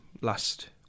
last